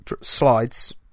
Slides